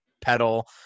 Pedal